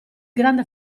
grande